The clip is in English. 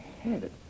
head